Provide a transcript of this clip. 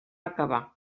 acabar